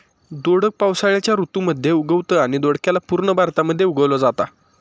दोडक पावसाळ्याच्या ऋतू मध्ये उगवतं आणि दोडक्याला पूर्ण भारतामध्ये उगवल जाता